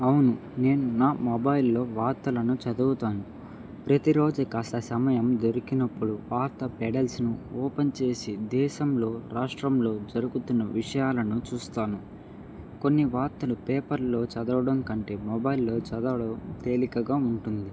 అవును నేను నా మొబైల్లో వార్తలను చదువుతాను ప్రతిరోజు కాస్త సమయం దొరికినప్పుడు వార్త పెడల్స్ను ఓపెన్ చేసి దేశంలో రాష్ట్రంలో జరుగుతున్న విషయాలను చూస్తాను కొన్ని వార్తలు పేపర్లో చదవడం కంటే మొబైల్లో చదవడం తేలికగా ఉంటుంది